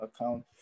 account